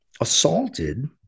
assaulted